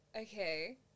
okay